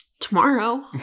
tomorrow